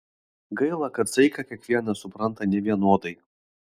gaila kad saiką kiekvienas supranta nevienodai